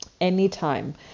Anytime